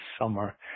summer